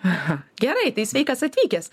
aha gerai tai sveikas atvykęs